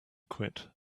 quit